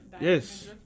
Yes